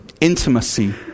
Intimacy